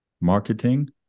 marketing